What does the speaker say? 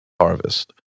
harvest